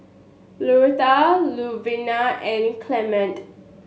Loretta Luvinia and Clement